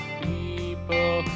people